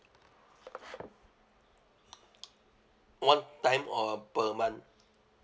one time or per month